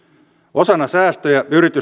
osana säästöjä yritysten kehittämishankkeisiin